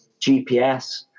GPS